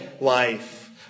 life